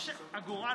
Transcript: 2066 ו-2067.